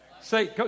Say